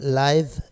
live